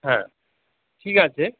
হ্যাঁ ঠিক আছে